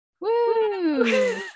Woo